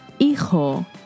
hijo